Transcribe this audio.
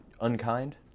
unkind